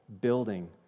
building